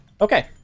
Okay